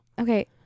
Okay